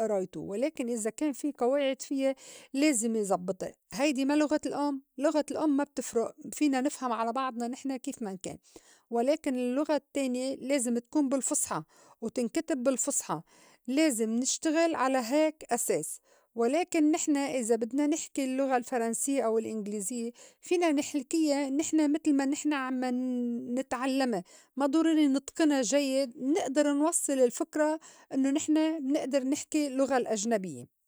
أرايتو، ولكن إذا كان في قواعِد فيا لازم يزبّطا. هيدي ما لُغة الأم لغة الأم ما بتفرُق فينا نفهم على بعضنا نحن كيف مَن كان، ولكن اللغة التّانية لازم تكون بالفُصحى وتنكتب بالفُصحى لازم نشتغل على هيك أساس. ولكن نحن إذا بدنا نحكي اللّغة الفرنسيّة أو الإنجليزية فينا نحكيا نحن متل ما نحن عم ن- نتعلّما ما ضروري نتقنا جيّد منئدر نوصّل الفكرة إنّو نحن منأدر نحكي اللّغة الأجنبيّة.